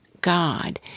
God